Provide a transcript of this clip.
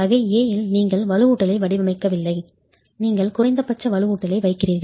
வகை A இல் நீங்கள் வலுவூட்டலை வடிவமைக்கவில்லை நீங்கள் குறைந்தபட்ச வலுவூட்டலை வைக்கிறீர்கள்